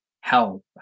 help